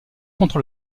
contre